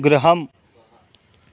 गृहम्